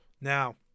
Now